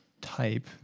type